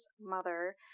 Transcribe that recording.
mother